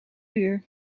uur